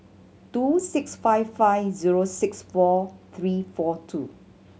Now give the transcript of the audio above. two six five five zero six four three four two